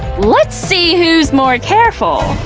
let's see who's more careful,